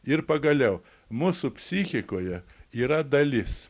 ir pagaliau mūsų psichikoje yra dalis